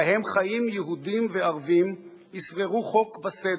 שבהם חיים יהודים וערבים, ישררו חוק וסדר.